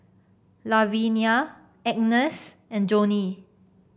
Lavinia Agnes and Johney